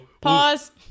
Pause